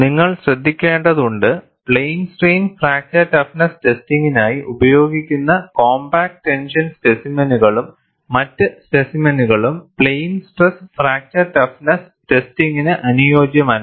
നിങ്ങൾ ശ്രദ്ധിക്കേണ്ടതുണ്ട് plane strain fracture toughness ടെസ്റ്റിംഗിനായി ഉപയോഗിക്കുന്ന കോംപാക്റ്റ് ടെൻഷൻ സ്പെസിമെനുകളും മറ്റ് സ്പെസിമെനുകളും പ്ലെയിൻ സ്ട്രെസ് ഫ്രാക്ചർ ടഫ്നെസ് ടെസ്റ്റിംഗിന് അനുയോജ്യമല്ല